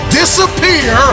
disappear